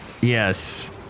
Yes